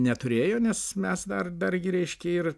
neturėjo nes mes dar dargi reiškia ir